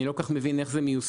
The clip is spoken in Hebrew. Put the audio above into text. אני לא כל כך מבין איך זה מיושם,